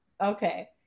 okay